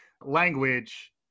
language